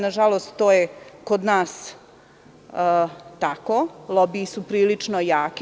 Nažalost, to je kod nas tako, lobiji su prilično jaki.